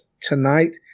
tonight